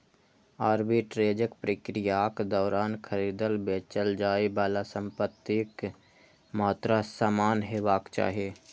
आर्बिट्रेजक प्रक्रियाक दौरान खरीदल, बेचल जाइ बला संपत्तिक मात्रा समान हेबाक चाही